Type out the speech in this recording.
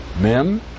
Mem